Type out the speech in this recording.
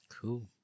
Cool